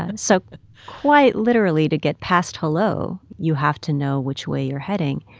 ah so quite literally, to get past hello, you have to know which way you're heading.